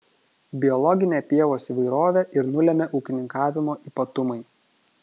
biologinę pievos įvairovę ir nulemia ūkininkavimo ypatumai